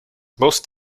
most